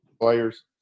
players